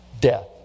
death